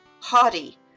haughty